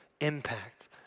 impact